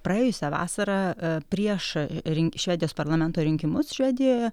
praėjusią vasarą e prieš e švedijos parlamento rinkimus švedijoje